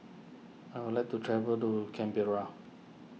I would like to travel to Canberra